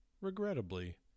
regrettably